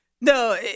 No